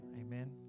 Amen